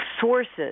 sources